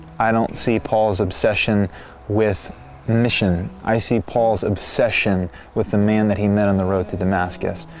i don't see paul's obsession with mission. i see paul's obsession with the man that he met on the road to damascus.